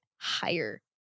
higher